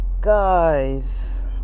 guys